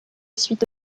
suite